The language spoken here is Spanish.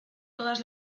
todas